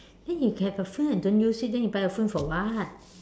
then you can have a phone and don't use it then you buy a phone for what